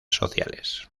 sociales